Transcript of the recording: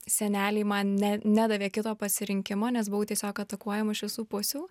seneliai man ne nedavė kito pasirinkimo nes buvau tiesiog atakuojama iš visų pusių